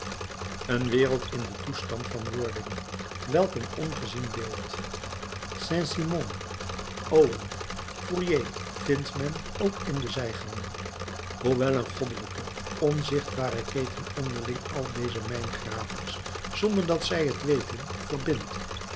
een wereld in den toestand van wording welk een ongezien beeld saint simon owen fourier vindt men ook in de zijgangen hoewel een goddelijke onzichtbare keten onderling al deze mijngravers zonder dat zij t weten verbindt